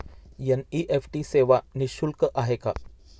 NEFT सेवा निःशुल्क आहे का?